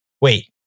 Wait